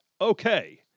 Okay